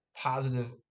positive